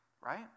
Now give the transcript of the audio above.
right